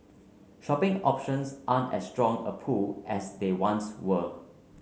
shopping options aren't as strong a pull as they once were